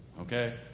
Okay